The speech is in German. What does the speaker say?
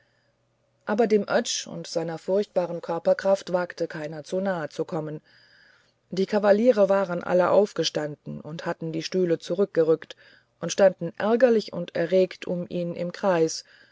aber dem oetsch und seiner furchtbaren körperkraft wagte keiner nahe zu kommen die kavaliere waren alle aufgestanden und hatten die stühle zurückgerückt und standen ärgerlich und erregt um ihn im kreis